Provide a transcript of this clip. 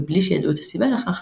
מבלי שידעו את הסיבה לכך,